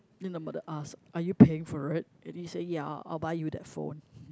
then the mother ask are you paying for it and he say ya I'll buy you that phone